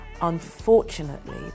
Unfortunately